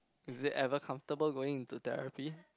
is it ever comfortable going into therapy